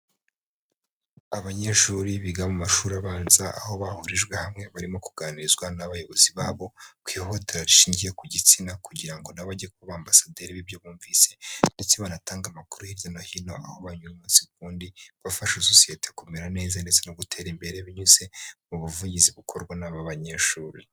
Abanyeshuri biga mu mashuri abanza, aho bahurijwe hamwe barimo kuganirizwa n'abayobozi babo ku ihohoterwa rishingiye ku gitsina, kugira ngo na bo bajye kuba ambasaderi w'ibyo bumvise, ndetse banatanga amakuru hirya no hino, aho banyuze umunsi ku wundi, bafasha sosiyete kumera neza, ndetse no gutera imbere binyuze mu buvugizi bukorwa n'aba banyeshuri.